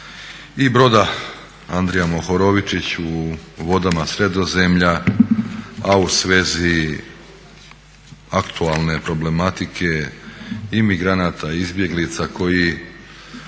i broda Andrija Mohorovičić u vodama sredozemlja, a u svezi aktualne problematike i migranata i izbjeglica koji